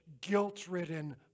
guilt-ridden